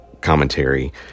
commentary